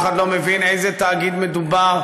אף אחד לא מבין באיזה תאגיד מדובר,